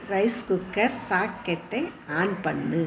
rice cooker சாக்கெட்டை on பண்ணு